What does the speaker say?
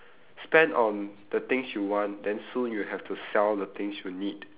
spend on the things you want then soon you'll have to sell the things you need